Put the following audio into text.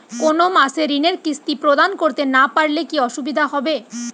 কোনো মাসে ঋণের কিস্তি প্রদান করতে না পারলে কি অসুবিধা হবে?